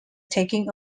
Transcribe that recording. taking